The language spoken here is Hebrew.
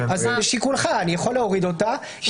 אז זה לשיקולך, אני יכול להוריד אותה.